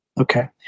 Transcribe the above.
Okay